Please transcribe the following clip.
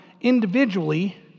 individually